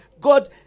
God